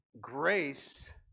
grace